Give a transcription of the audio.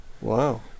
wow